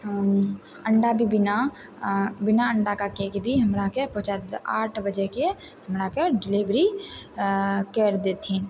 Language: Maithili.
अण्डा भी बिना बिना अण्डाके केक भी हमरा के पहुँचा देथिन आठ बजे के हमरा के डिलेवरी करि देथिन